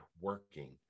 working